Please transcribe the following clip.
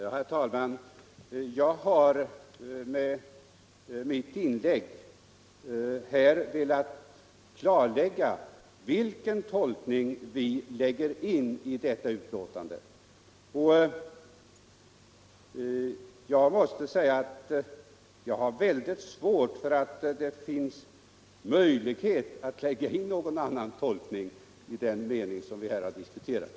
Herr talman! Jag har med mitt inlägg här velat klargöra vilken tolkning vi moderater lägger in i detta utlåtande. Jag har väldigt svårt att se att det finns möjlighet att lägga in någon annan tolkning i den mening i utskottsbetinkandet som här diskuterats.